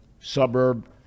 suburb